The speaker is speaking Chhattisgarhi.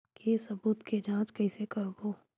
के सबूत के जांच कइसे करबो?